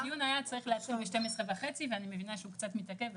הדיון היה צריך להתחיל ב-12:30 ואני מבינה שהוא קצת מתעכב,